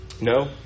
no